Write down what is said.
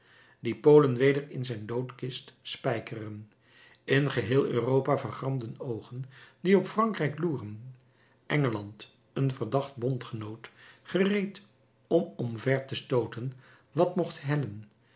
die polen weder in zijn doodkist spijkeren in geheel europa vergramde oogen die op frankrijk loeren engeland een verdacht bondgenoot gereed om omver te stooten wat mocht hellen